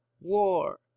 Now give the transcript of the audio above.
WAR